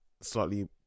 slightly